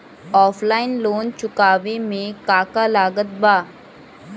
Offline loan चुकावे म का का लागत बा?